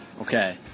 Okay